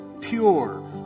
pure